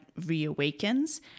reawakens